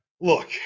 Look